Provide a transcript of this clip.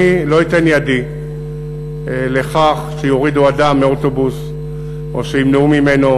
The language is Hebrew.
אני לא אתן ידי לכך שיורידו אדם מאוטובוס או שימנעו ממנו,